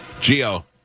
Geo